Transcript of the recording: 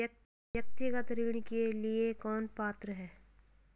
व्यक्तिगत ऋण के लिए कौन पात्र है?